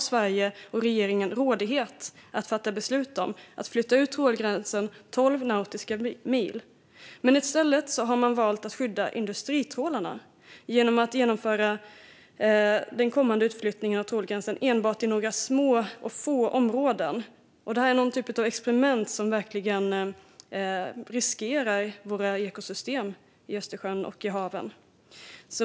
Sverige och regeringen har rådighet att fatta beslut om att flytta ut trålgränsen tolv nautiska mil, men i stället har man valt att skydda industritrålarna genom att genomföra den kommande utflyttningen av trålgränsen enbart i några små och få områden. Detta är någon typ av experiment som verkligen riskerar våra ekosystem i Östersjön och i haven.